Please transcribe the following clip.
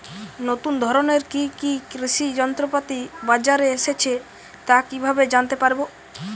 নতুন ধরনের কি কি কৃষি যন্ত্রপাতি বাজারে এসেছে তা কিভাবে জানতেপারব?